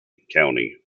county